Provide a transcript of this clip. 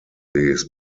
sees